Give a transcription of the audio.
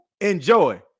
enjoy